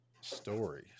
story